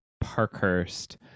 Parkhurst